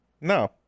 No